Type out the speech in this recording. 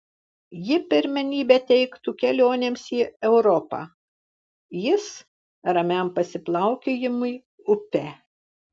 ji pirmenybę teiktų kelionėms į europą jis ramiam pasiplaukiojimui upe